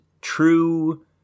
true